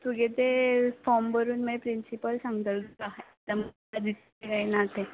तुगें तें फॉर्म भरून माय प्रिंसिपल सांगतल् तुका ना तें